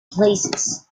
places